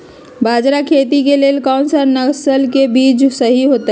बाजरा खेती के लेल कोन सा नसल के बीज सही होतइ?